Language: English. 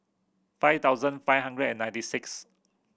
five thousand five hundred and ninety six